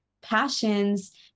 passions